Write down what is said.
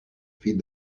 feed